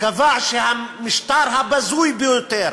קבע שהמשטר הבזוי ביותר,